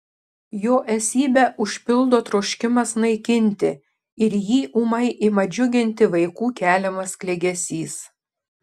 jo esybę užpildo troškimas naikinti ir jį ūmai ima džiuginti vaikų keliamas klegesys